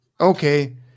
okay